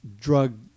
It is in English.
drug